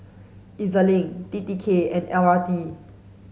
E Z Link T T K and L R T